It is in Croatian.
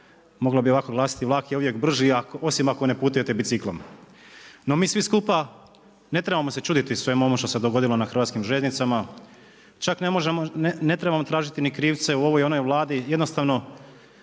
mogla bi ovako glasiti „Vlak je uvijek brži osim ako ne putujete biciklom“. No mi svi skupa ne trebamo se čuditi svemu ovome što se dogodilo na hrvatskim željeznicama, čak ne trebamo tražiti ni krivce u ovoj ili onoj Vladi, jednostavno